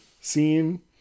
scene